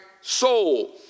soul